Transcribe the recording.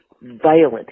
violent